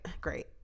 Great